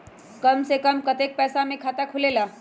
कम से कम कतेइक पैसा में खाता खुलेला?